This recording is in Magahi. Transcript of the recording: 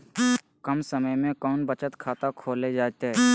कम समय में कौन बचत खाता खोले जयते?